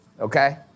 okay